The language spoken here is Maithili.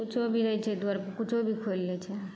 किछु भी रहै छै दुआरि पर किछु भी खोलि लै छै